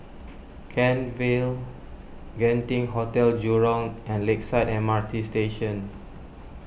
Kent Vale Genting Hotel Jurong and Lakeside M R T Station